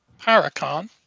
Paracon